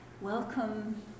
Welcome